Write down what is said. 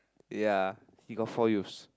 ya he got four use